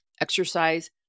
exercise